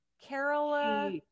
Carola